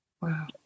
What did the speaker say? Wow